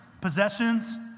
possessions